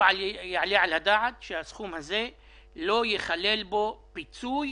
לא יעלה על הדעת שהסכום הזה לא ייכלל בו פיצוי